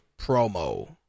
promo